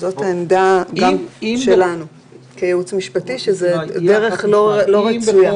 זו העמדה גם שלנו כייעוץ משפטי, שזו דרך לא רצויה.